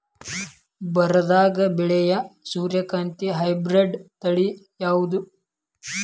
ಬರದಾಗ ಬೆಳೆಯೋ ಸೂರ್ಯಕಾಂತಿ ಹೈಬ್ರಿಡ್ ತಳಿ ಯಾವುದು?